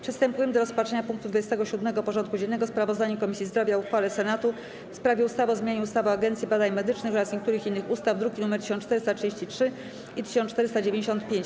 Przystępujemy do rozpatrzenia punktu 27. porządku dziennego: Sprawozdanie Komisji Zdrowia o uchwale Senatu w sprawie ustawy o zmianie ustawy o Agencji Badań Medycznych oraz niektórych innych ustaw (druki nr 1433 i 1495)